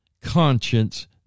conscience